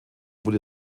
wurde